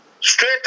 Straight